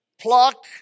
pluck